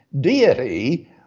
deity